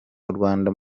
urwanda